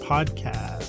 Podcast